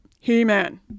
He-man